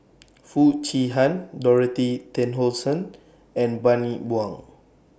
Foo Chee Han Dorothy Tessensohn and Bani Buang